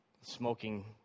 smoking